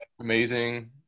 amazing